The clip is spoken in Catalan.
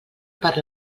per